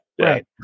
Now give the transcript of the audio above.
Right